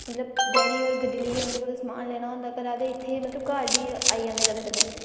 daddy होर गड्डी लेइयै समान लेना होंदा घरा ते इत्थै मतलब घर बी आई जंदे कदें कदें